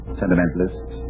sentimentalists